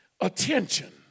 attention